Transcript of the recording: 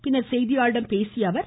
பின்னர் செய்தியாளர்களிடம் பேசிய திரு